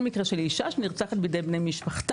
מקרה של אישה שנרצחת על ידי בני משפחה,